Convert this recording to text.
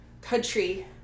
country